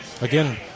Again